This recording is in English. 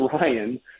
Ryan